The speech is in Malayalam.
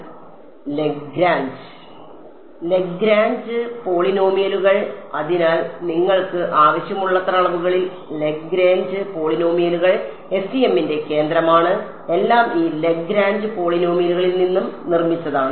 വിദ്യാർത്ഥി ലഗ്രാഞ്ച് ലഗ്രാഞ്ച് പോളിനോമിയലുകൾ അതിനാൽ നിങ്ങൾക്ക് ആവശ്യമുള്ളത്ര അളവുകളിൽ Lagrange പോളിനോമിയലുകൾ FEM ന്റെ കേന്ദ്രമാണ് എല്ലാം ഈ ലഗ്രാഞ്ച് പോളിനോമിയലുകളിൽ നിന്ന് നിർമ്മിച്ചതാണ്